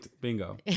Bingo